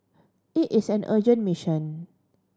it is an urgent mission